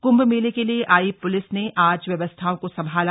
कृंभ मेले के लिए आई प्लिस ने आज व्यवस्थाओं को संभाला